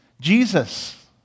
Jesus